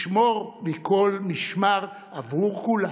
לשמור מכל משמר בעבור כולנו.